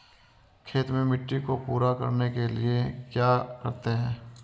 खेत में मिट्टी को पूरा करने के लिए क्या करते हैं?